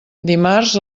dimarts